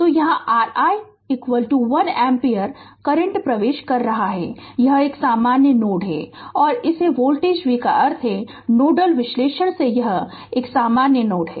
तो यहाँ r i 1 ampere current प्रवेश कर रहा है यह एक सामान्य नोड है और इस वोल्टेज V का अर्थ है नोडल विश्लेषण से यह एक सामान्य नोड है